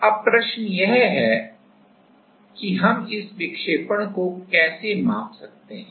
अब प्रश्न यह है कि हम इस विक्षेपण को कैसे माप सकते हैं